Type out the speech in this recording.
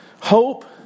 Hope